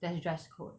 there's dress code